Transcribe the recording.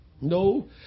No